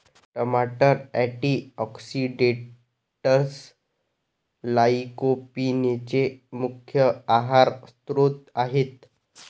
टमाटर अँटीऑक्सिडेंट्स लाइकोपीनचे मुख्य आहार स्त्रोत आहेत